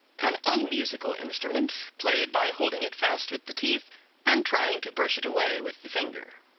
an unmusical instrument, played by holding it fast with the teeth and trying to brush it away with the finger.